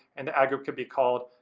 and the ad group could be called,